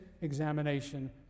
examination